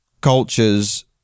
cultures